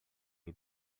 him